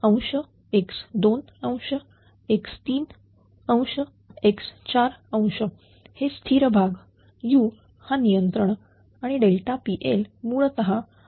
x1 x2 x3 x4 हे स्थिर भागu हा नियंत्रण आणि PL मुळतः आपत्ती प्रणालीमधील